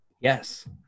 Yes